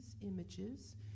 images